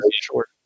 short